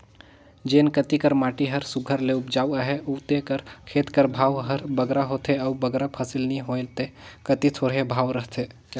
जेन कती कर माटी हर सुग्घर ले उपजउ अहे उते कर खेत कर भाव हर बगरा होथे अउ बगरा फसिल नी होए ते कती थोरहें भाव रहथे